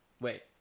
Wait